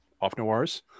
off-noirs